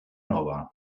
nova